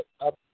up